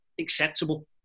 acceptable